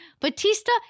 Batista